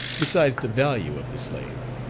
besides the value of the slave.